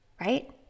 Right